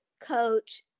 coach